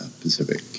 Pacific